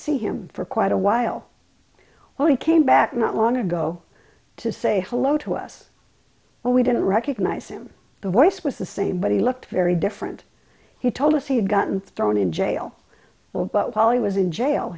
see him for quite a while when he came back not long ago to say hello to us when we didn't recognize him the voice was the same but he looked very different he told us he had gotten thrown in jail well but ali was in jail